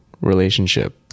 relationship